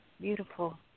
Beautiful